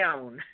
own